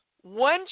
One